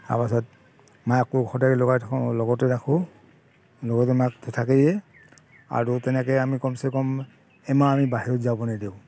তাপাছত মাকক সদায় লগাই থওঁ লগতে ৰাখোঁ অনবৰতে মাকতো থাকেই আৰু তেনেকৈ আমি কমচেকম এমাহ আমি বাহিৰত যাব নিদিওঁ